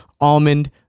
Almond